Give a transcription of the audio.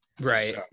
Right